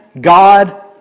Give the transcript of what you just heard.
God